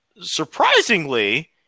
surprisingly